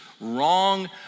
wrong